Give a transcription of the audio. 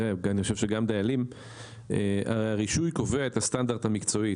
הרי הרישוי קובע את הסטנדרט המקצועי,